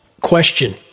Question